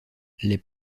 les